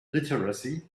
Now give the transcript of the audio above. literacy